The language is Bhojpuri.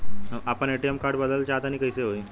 हम आपन ए.टी.एम कार्ड बदलल चाह तनि कइसे होई?